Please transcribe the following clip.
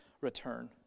return